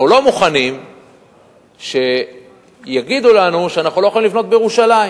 אנחנו לא מוכנים שיגידו לנו שאנחנו לא יכולים לבנות בירושלים.